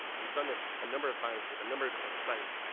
we've done this a number of times with a number of different sites.